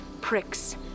pricks